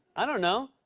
i don't know,